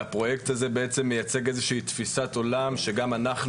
והפרויקט הזה בעצם מייצג איזו שהיא תפיסת עולם שגם אנחנו,